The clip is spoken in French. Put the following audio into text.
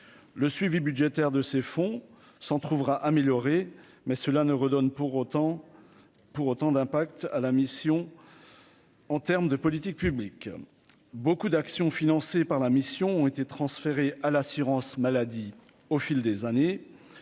le suivi budgétaire de ces fonds s'en trouvera améliorée, mais cela ne redonne pour autant pour autant d'impact à la mission en termes de politique publique, beaucoup d'actions financées par la mission ont été transférés à l'assurance maladie au fil des années